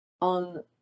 on